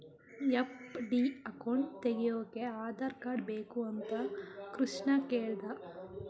FD account ತೆಗೆಯೋಕೆ Aadhaar card ಬೇಕು ಅಂತ ಕೃಷ್ಣ ಕೇಳ್ದ